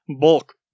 bulk